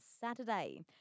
Saturday